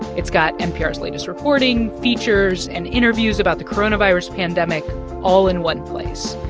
it's got npr's latest reporting, features and interviews about the coronavirus pandemic all in one place.